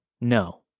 no